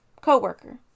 co-worker